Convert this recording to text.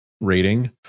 rating